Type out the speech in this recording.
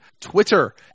Twitter